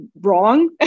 wrong